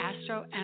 Astro